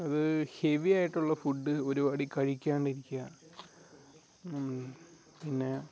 അത് ഹെവിയായിട്ടുള്ള ഫുഡ് ഒരുപാട് കഴിക്കാണ്ടിരിക്കുക പിന്നെ